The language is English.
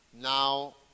Now